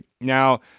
Now